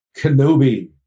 Kenobi